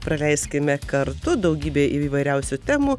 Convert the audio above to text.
praleiskime kartu daugybė įvairiausių temų